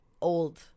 old